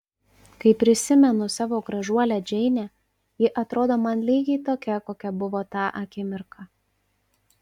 kai prisimenu savo gražuolę džeinę ji atrodo man lygiai tokia kokia buvo tą akimirką